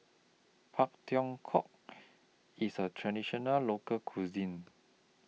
Pak Thong Ko IS A Traditional Local Cuisine